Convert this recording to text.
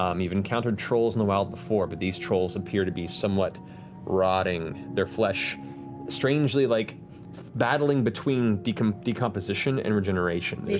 um you've encountered trolls in the wild before, but these trolls appear to be somewhat rotting, their flesh strangely like battling between decomposition and regeneration.